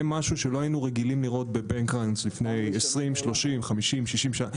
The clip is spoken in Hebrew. זה משהו שלא היינו רגילים לראות ב-Bank runs לפני 20-30-50-60 שנה.